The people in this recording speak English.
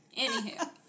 Anywho